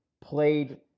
played